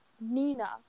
Nina